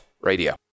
radio